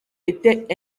était